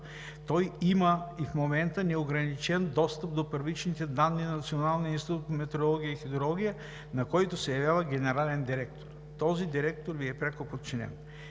Той има и в момента неограничен достъп до първичните данни на Националния институт по метеорология и хидрология, на който се явява генерален директор. Този директор Ви е пряко подчинен.